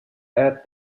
add